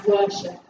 worship